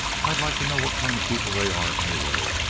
i'd like to know what kind of people they are, anyway!